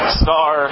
star